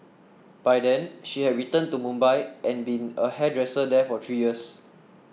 by then she had returned to Mumbai and been a hairdresser there for three years